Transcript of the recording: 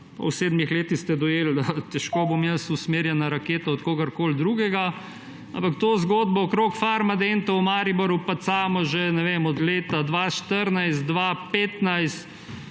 Po sedmih letih ste dojeli, da bom jaz težko raketa, usmerjena od kogarkoli drugega. Ampak to zgodbo okrog Farmadenta v Mariboru pacamo že, ne vem, od leta 2014, 2015,